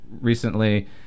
recently